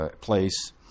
place